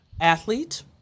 athlete